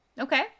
Okay